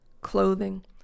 clothing